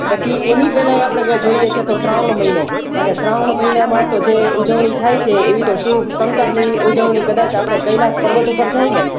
પછી એની પહેલાંય આપણે જોઈએ છે તો શ્રાવણ મહિનો અને શ્રાવણ મહિનામાં તો જે ઉજવણી થાય છે એવી તો શિવ શંકરની ઉજવણી કદાચ આપણે કૈલાશ પર્વત ઉપર જઈએ ને